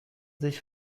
sich